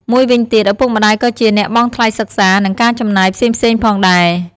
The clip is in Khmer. មួយវិញទៀត ឪពុកម្ដាយក៏ជាអ្នកបង់ថ្លៃសិក្សា និងការចំណាយផ្សេងៗផងដែរ។